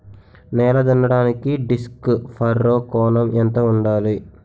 నేల దున్నడానికి disc furrow కోణం ఎంత ఉండాలి?